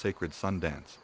sacred sundance